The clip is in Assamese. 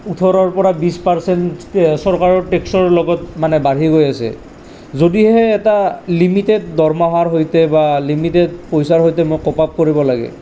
ওঠৰৰ পৰা বিশ পাৰচেণ্ট চৰকাৰৰ টেক্সৰ লগত মানে বাঢ়ি গৈ আছে যদিহে এটা লিমিটেড দৰমহাৰ সৈতে বা লিমিটেড পইচাৰ সৈতে মই কোপ আপ কৰিব লাগে